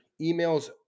emails